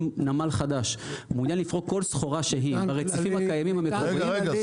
אם נמל חדש מעוניין לפרוק כל סחורה שהיא ברציפים- -- אישור